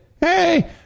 Hey